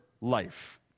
life